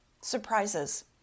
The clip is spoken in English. surprises